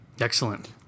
Excellent